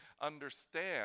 understand